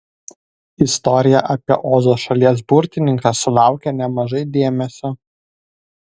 istorija apie ozo šalies burtininką sulaukia nemažai dėmesio